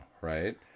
Right